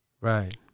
Right